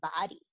body